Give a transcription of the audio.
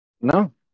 No